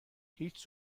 هیچ